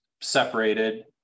separated